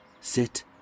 sit